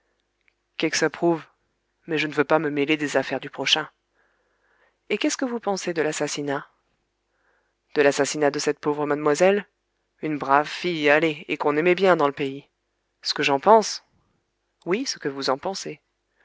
què que ça prouve mais je ne veux pas me mêler des affaires du prochain et qu'est-ce que vous pensez de l'assassinat de l'assassinat de cette pauvre mademoiselle une brave fille allez et qu'on aimait bien dans le pays c'que j'en pense oui ce que vous en pensez